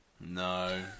No